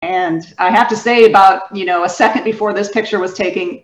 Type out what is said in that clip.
ואני צריכה להגיד שעוד דקה לפני שהתמונה הזאת צולמה...